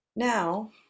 Now